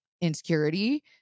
insecurity